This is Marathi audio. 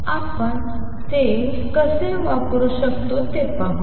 आपण ते कसे वापरू शकतो ते पाहू